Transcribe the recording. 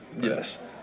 Yes